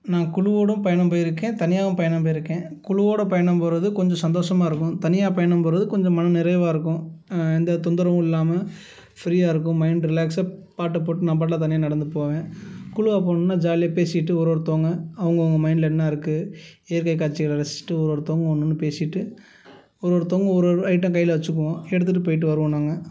நான் குழுவோடும் பயணம் போயிருக்கேன் தனியாகவும் பயணம் போயிருக்கேன் குழுவோட பயணம் போவது கொஞ்சம் சந்தோஷமாக இருக்கும் தனியாக பயணம் போவது கொஞ்சம் மன நிறைவாக இருக்கும் எந்த தொந்தரவும் இல்லாமல் ஃப்ரீயாக இருக்கும் மைண்ட் ரிலாக்ஸாக பாட்டை போட்டு நான் பாட்டெலாம் தனியாக நடந்து போவேன் குழுவா போணும்னா ஜாலியாக பேசிட்டு ஒரு ஒருத்தவங்க அவங்கவுங்க மைண்டில் என்ன இருக்குது இயற்கை காட்சிகளை ரசிச்சிட்டு ஒரு ஒருத்தவங்க ஒன்றுன்னு பேசிவிட்டு ஒரு ஒருத்தவங்கள் ஒரு ஒரு ஐட்டம் கையில் வச்சுக்குவோம் எடுத்துகிட்டு போய்ட்டு வருவோம் நாங்கள்